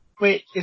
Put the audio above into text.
Wait